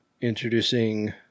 introducing